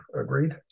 agreed